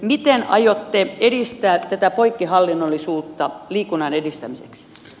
miten aiotte edistää tätä poikkihallinnollisuutta liikunnan edistämiseksi